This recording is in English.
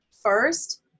First